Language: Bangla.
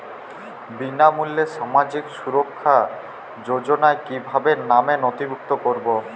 বিনামূল্যে সামাজিক সুরক্ষা যোজনায় কিভাবে নামে নথিভুক্ত করবো?